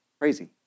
Crazy